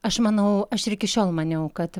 aš manau aš ir iki šiol maniau kad